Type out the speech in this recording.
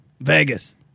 Vegas